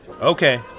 Okay